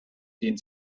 den